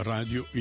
Radio